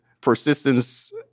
persistence